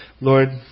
Lord